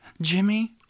Jimmy